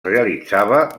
realitzava